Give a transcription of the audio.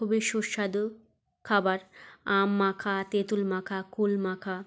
খুবই সুস্বাদু খাবার আম মাখা তেতুল মাখা কুল মাখা